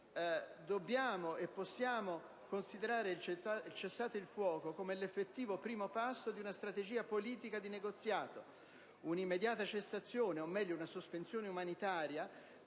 "dobbiamo e possiamo considerare il cessate il fuoco come l'effettivo primo passo di una strategia politica di negoziato; un'immediata cessazione, o meglio una sospensione umanitaria,